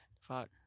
Fuck